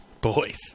Boys